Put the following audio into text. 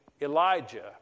Elijah